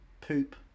Poop